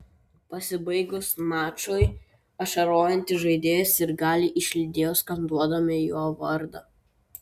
pasibaigus mačui ašarojantį žaidėją sirgaliai išlydėjo skanduodami jo vardą